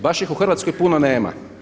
Baš ih u Hrvatskoj puno nema.